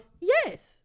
Yes